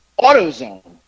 AutoZone